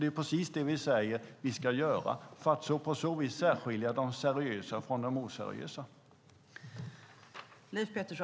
Det är precis det vi säger att vi ska göra för att på så vis särskilja de seriösa från de oseriösa.